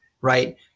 right